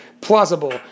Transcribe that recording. Plausible